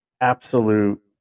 absolute